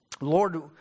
Lord